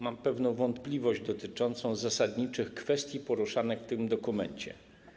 Mam pewną wątpliwość dotyczącą zasadniczych kwestii poruszanych w tym dokumencie.